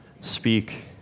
speak